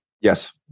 Yes